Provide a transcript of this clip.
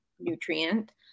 nutrient